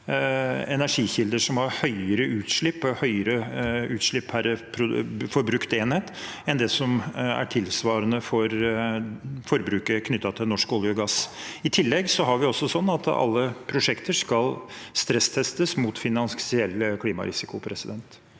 energikilder som har høyere utslipp, og høyere utslipp per forbrukt enhet, enn det som er tilsvarende for forbruket knyttet til norsk olje og gass. I tillegg har vi det sånn at alle prosjekter skal stresstestes mot finansielle klimarisikoer. Presidenten